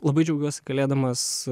labai džiaugiuosi galėdamas